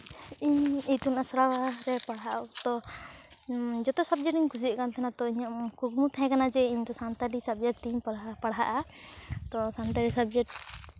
ᱤᱧ ᱤᱛᱩᱱ ᱟᱥᱲᱟ ᱨᱮ ᱯᱟᱲᱦᱟᱜ ᱚᱠᱛᱚ ᱡᱚᱛᱚ ᱥᱟᱵᱡᱮᱠᱴ ᱤᱧ ᱠᱩᱥᱤᱭᱟᱜ ᱛᱟᱦᱮᱱᱟ ᱛᱳ ᱤᱧᱟᱹᱜ ᱠᱩᱠᱢᱩ ᱛᱟᱦᱮᱸ ᱠᱟᱱᱟ ᱡᱮ ᱤᱧᱫᱚ ᱥᱟᱱᱛᱟᱞᱤ ᱥᱟᱵᱡᱮᱠᱴ ᱛᱤᱧ ᱯᱟᱲᱦᱟᱜᱼᱟ ᱛᱳ ᱥᱟᱱᱛᱟᱲᱤ ᱥᱟᱵᱡᱮᱠᱴ